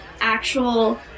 actual